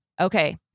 Okay